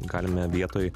galime vietoj